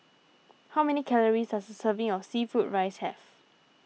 how many calories does a serving of Seafood Fried Rice have